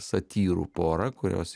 satyrų pora kurios